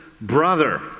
brother